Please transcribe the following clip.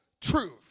truth